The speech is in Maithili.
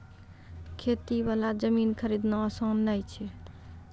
खेती वाला जमीन खरीदना आसान नय छै